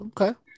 Okay